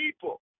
people